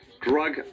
drug